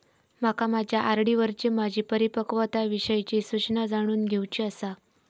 माका माझ्या आर.डी वरची माझी परिपक्वता विषयची सूचना जाणून घेवुची आसा